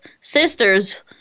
sisters